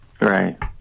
right